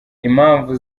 impamvu